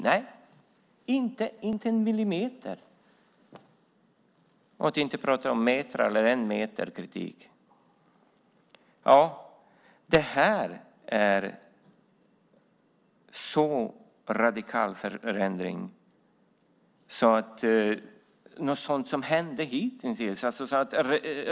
Nej, inte en millimeter, för att inte säga en meter, kritik. Det här är en så radikal förändring.